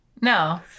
no